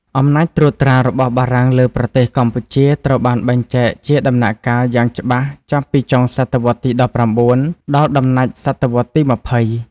អំណាចត្រួតត្រារបស់បារាំងលើប្រទេសកម្ពុជាត្រូវបានបែងចែកជាដំណាក់កាលយ៉ាងច្បាស់ចាប់ពីចុងសតវត្សទី១៩ ដល់ដំណាច់សតវត្សទី២០។